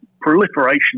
proliferation